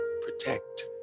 protect